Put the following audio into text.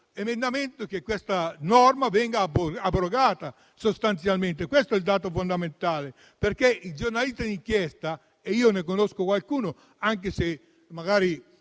chiediamo che questa norma venga abrogata. Questo è il dato fondamentale, perché il giornalista d'inchiesta - e io ne conosco qualcuno, anche se magari